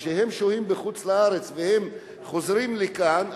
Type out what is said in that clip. כשהם שוהים בחוץ-לארץ והם חוזרים לכאן,